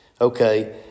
Okay